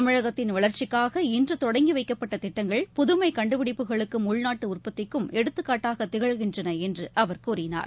தமிழகத்தின் வளர்ச்சிக்காக இன்று தொடங்கி வைக்கப்பட்ட திட்டங்கள் புதுமை கண்டுபிடிப்புகளுக்கும் உள்நாட்டு உற்பத்திக்கும் எடுத்துக்காட்டாக திகழ்கின்றன என்று அவர் கூறினார்